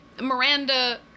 Miranda